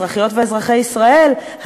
אזרחיות ואזרחי ישראל,